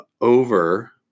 over